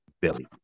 Billy